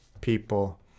people